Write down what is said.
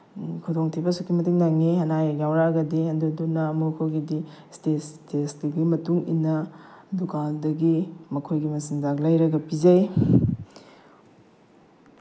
ꯈꯨꯗꯣꯡ ꯊꯤꯕ ꯑꯁꯨꯛꯀꯤ ꯃꯇꯤꯛ ꯅꯪꯉꯤ ꯑꯅꯥ ꯑꯌꯦꯛ ꯌꯥꯎꯔꯛꯑꯒꯗꯤ ꯑꯗꯨꯗꯨꯅ ꯑꯃꯨꯛ ꯑꯩꯈꯣꯏꯒꯤꯗꯤ ꯏꯁꯇꯦꯖ ꯏꯁꯇꯦꯖꯇꯨꯒꯤ ꯃꯇꯨꯡ ꯏꯟꯅ ꯗꯨꯀꯥꯟꯗꯒꯤ ꯃꯈꯣꯏꯒꯤ ꯃꯆꯤꯟꯖꯥꯛ ꯂꯩꯔꯒ ꯄꯤꯖꯩ